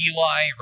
Eli